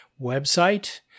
website